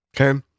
Okay